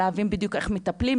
על להבין בדיוק איך מטפלים,